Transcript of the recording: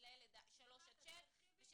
לגבי ההוראות הנוספות אנחנו רוצים